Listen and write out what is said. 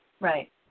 Right